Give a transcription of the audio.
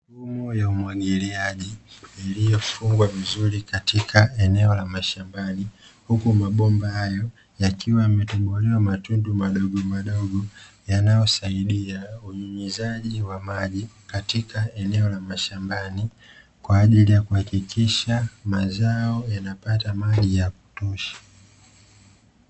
Mifumo ya umwagiliaji iliyofungwa vizuri katika eneo la mashambani, huku mabomba hayo yakiwa yametobolewa matundu madogomadogo, yanayosaidia unyunyuzaji wa maji katika eneo la mashambani, kwa ajili ya kuhakikisha mazao yanapata maji ya kutosha.